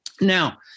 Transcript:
Now